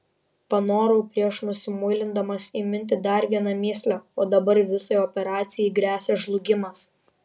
panorau prieš nusimuilindamas įminti dar vieną mįslę o dabar visai operacijai gresia žlugimas